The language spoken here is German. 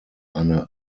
eine